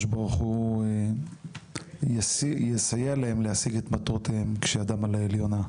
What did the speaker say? ברוך הוא יסייע להם להשיג את מטרותיהם כשידם על העליונה,